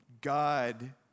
God